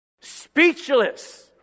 Speechless